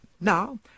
Now